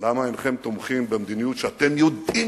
למה אינכם תומכים במדיניות שאתם יודעים